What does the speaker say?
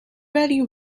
really